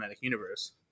universe